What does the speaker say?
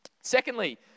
Secondly